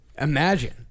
imagine